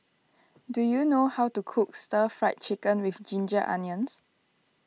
do you know how to cook Stir Fried Chicken with Ginger Onions